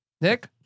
Nick